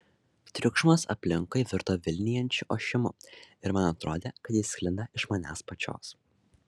triukšmas aplinkui virto vilnijančiu ošimu ir man atrodė kad jis sklinda iš manęs pačios